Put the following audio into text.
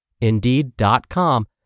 Indeed.com